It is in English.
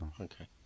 Okay